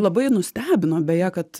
labai nustebino beje kad